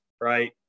right